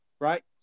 Right